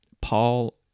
Paul